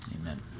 Amen